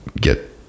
get